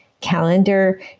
calendar